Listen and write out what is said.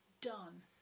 done